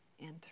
Enter